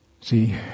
See